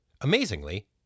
Amazingly